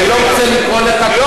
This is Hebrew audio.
אני לא רוצה לקרוא לך כזה, כי אתה לא.